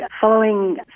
following